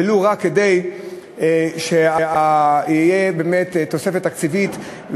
ולו רק כדי שתהיה באמת תוספת תקציבית,